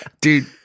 dude